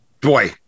boy